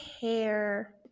hair